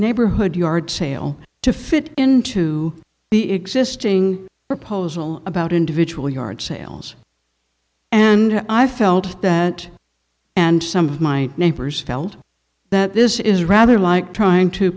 neighborhood yard sale to fit into the existing proposal about individual yard sales and i felt that and some of my neighbors felt that this is rather like trying to